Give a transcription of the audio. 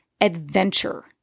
adventure